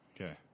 okay